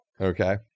Okay